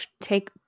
take